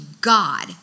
God